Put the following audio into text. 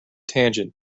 tangent